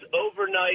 overnight